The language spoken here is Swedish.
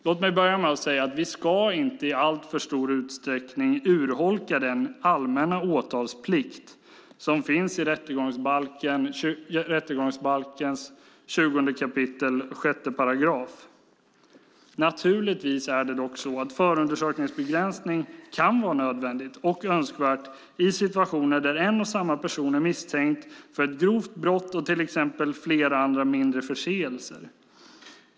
Låt mig börja med att säga att vi inte i alltför stor utsträckning ska urholka den allmänna åtalsplikt som finns i 20 kap. 6 § rättegångsbalken. Naturligtvis kan förundersökningsbegränsning vara nödvändigt och önskvärt i situationer där en och samma person är misstänkt för ett grovt brott och till exempel flera mindre förseelser.